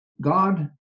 God